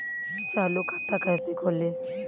चालू खाता कैसे खोलें?